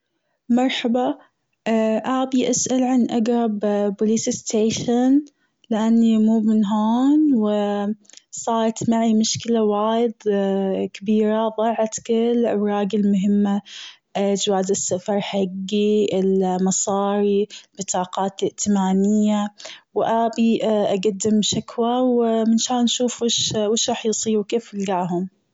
مرحبا ابي أسأل عن أقرب police station لأني مو من هون و صارت معي مشكلة وايد كبيرة ضاعت كل أوراقي المهمة جواز السفر حقي ال مصاري بطاقاتي الائتمأنية وابي أقدم شكوى و منشان أشوف وش-وش راح يصير وكيف القاهم.